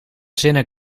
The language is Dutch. zinnen